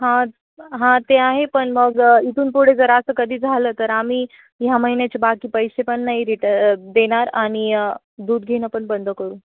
हां हां ते आहे पण मग इथून पुढे जर असं कधी झालं तर आम्ही ह्या महिन्याचे बाकी पैसे पण नाही रिट देणार आणि दूध घेणं पण बंद करू